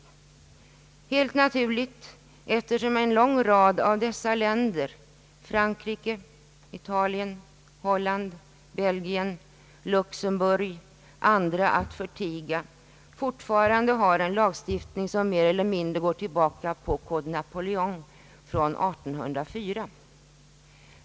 Det är helt naturligt, eftersom en lång rad av dessa länder — Frankrike, Italien, Holland, Belgien, Luxemburg, andra att förtiga — fortfarande har en lagstiftning som mer eller mindre gått tillbaka på Code Napoléon från 1804.